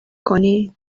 کنی